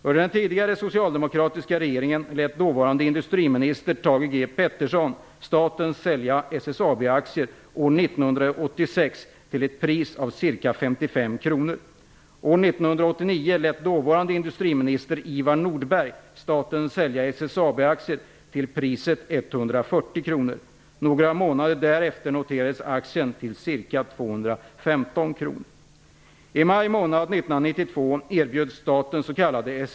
Under den tidigare socialdemokratiska regeringen lät dåvarande industriministern Thage G Peterson staten sälja SSAB-aktier år 1986 till ett pris av ca 140 kronor. Några månader därefter noterades aktien till ca 215 kronor.